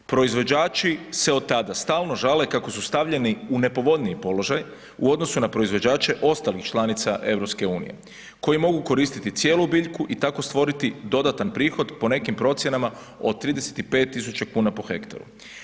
Proizvođači se od tada stalno žale kako su stavljeni u nepovoljniji položaj u odnosu na proizvođače ostalih članica EU koji mogu koristiti cijelu biljku i tako stvoriti dodatan prihod, po nekim procjenama od 35 tisuća kuna po hektaru.